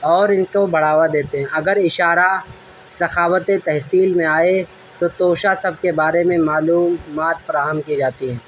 اور ان کو بڑھاوا دیتے ہیں اگر اشارہ سخاوت تحصیل میں آئے تو توشہ سب کے بارے میں معلومات فراہم کی جاتی ہیں